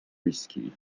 rescued